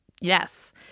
Yes